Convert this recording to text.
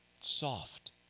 Soft